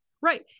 right